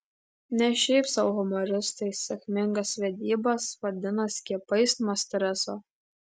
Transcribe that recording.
ne šiaip sau humoristai sėkmingas vedybas vadina skiepais nuo streso